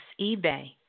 eBay